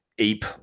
Ape